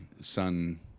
son